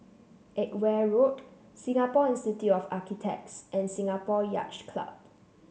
Edgware Road Singapore Institute of Architects and Singapore Yacht Club